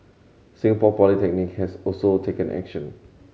Singapore Polytechnic has also taken action